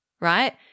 Right